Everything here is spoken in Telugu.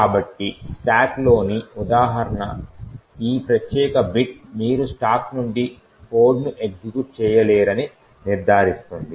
కాబట్టి స్టాక్లోని ఉదాహరణఈ ప్రత్యేక బిట్ మీరు స్టాక్ నుండి కోడ్ను ఎగ్జిక్యూట్ చేయలేరని నిర్ధారిస్తుంది